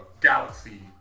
galaxy